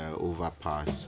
overpass